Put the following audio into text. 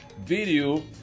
video